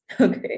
Okay